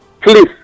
Please